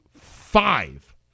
five